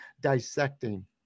dissecting